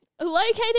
Located